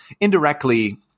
indirectly